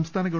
സംസ്ഥാന ഗവ